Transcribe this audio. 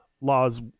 laws